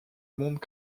monde